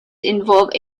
involve